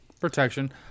protection